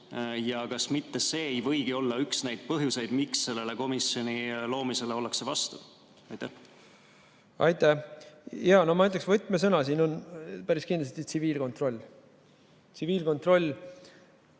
Kas mitte see ei võigi olla üks neid põhjuseid, miks selle komisjoni loomisele ollakse vastu? Aitäh! Jaa, ma ütleksin, et võtmesõna siin on päris kindlasti tsiviilkontroll. Tsiviilkontroll